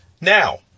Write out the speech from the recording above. Now